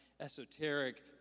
esoteric